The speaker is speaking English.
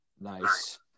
Nice